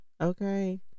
okay